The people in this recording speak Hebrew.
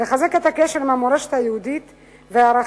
לחזק את הקשר עם המורשת היהודית וערכיה,